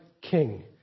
king